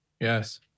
Yes